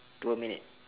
two minute